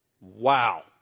Wow